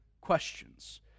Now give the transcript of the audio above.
questions